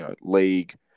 league